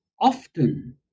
often